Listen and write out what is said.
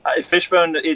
Fishbone